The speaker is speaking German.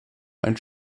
ein